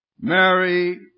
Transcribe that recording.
Mary